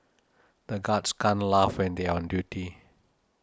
the guards can't laugh when they are on duty